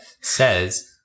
says